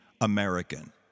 American